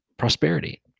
prosperity